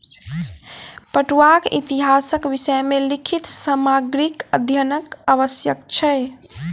पटुआक इतिहासक विषय मे लिखित सामग्रीक अध्ययनक आवश्यक छै